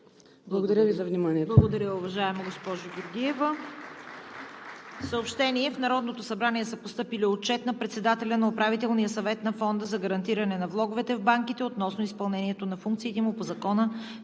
Благодаря Ви за вниманието.